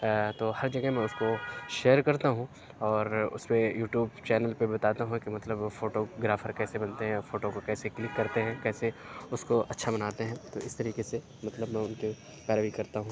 تو ہر جگہ میں اُس کو شیئر کرتا ہوں اور اُس پہ یوٹیوب چینل پہ بتاتا ہوں کہ مطلب فوٹو گرافر کیسے بنتے ہیں اور فوٹو کو کیسے کلک کرتے ہیں کیسے اُس کو اچھا بناتے ہیں تو اِس طریقے سے مطلب میں اُن کی پیروی کرتا ہوں